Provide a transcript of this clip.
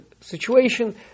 situation